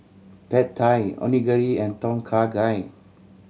Pad Thai Onigiri and Tom Kha Gai